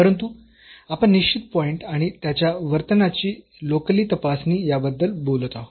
परंतु आपण निश्चित पॉईंट आणि त्याच्या वर्तनाची लोकली तपासणी याबद्दल बोलत आहोत